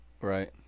Right